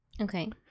Okay